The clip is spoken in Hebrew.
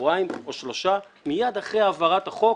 שבועיים או שלושה מיד אחרי העברת החוק